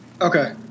okay